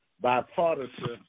bipartisan